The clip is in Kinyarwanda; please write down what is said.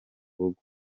rugo